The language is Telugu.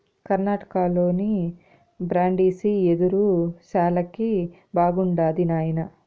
కర్ణాటకలోని బ్రాండిసి యెదురు శాలకి బాగుండాది నాయనా